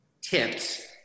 tips